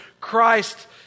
Christ